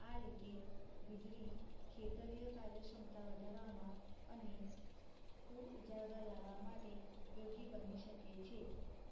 આ રીતે વિજળી ખેતરીય કાર્ય ક્ષમતા વધારવામાં અને કુલ ઉજાગર લાવવા માટે ઉપયોગી બની શકે છે